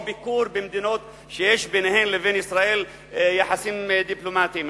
או ביקור במדינות שיש ביניהן לבין ישראל יחסים דיפלומטיים.